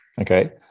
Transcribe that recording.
Okay